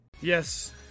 Yes